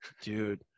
Dude